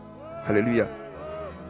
hallelujah